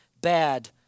bad